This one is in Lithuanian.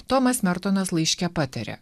tomas mertonas laiške pataria